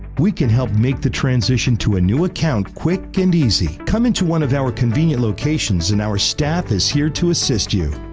we can help make the transition to a new account quick and easy. come into one of our convenient locations, and our staff is here to assist you.